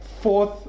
fourth